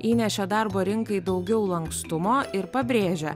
įnešė darbo rinkai daugiau lankstumo ir pabrėžia